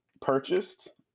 purchased